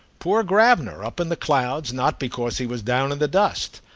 poor gravener, up in the clouds, not because he was down in the dust.